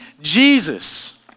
Jesus